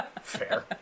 Fair